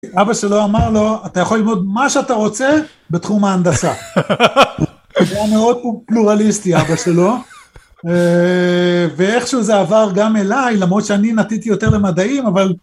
אבא שלו אמר לו, אתה יכול ללמוד מה שאתה רוצה בתחום ההנדסה. הוא מאוד פלורליסטי, אבא שלו. ואיכשהו זה עבר גם אליי, למרות שאני נטיתי יותר למדעים, אבל...